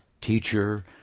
teacher